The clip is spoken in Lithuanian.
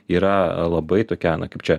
yra labai tokia na kaip čia